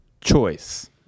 choice